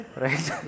right